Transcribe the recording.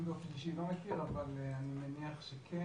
אני באופן אישי לא מכיר, אבל אני מניח שכן.